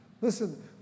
Listen